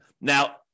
Now